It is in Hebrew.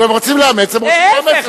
אם הם רוצים לאמץ, הם רוצים לאמץ.